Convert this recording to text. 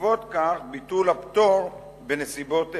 ובעקבות כך ביטול הפטור בנסיבות אלה.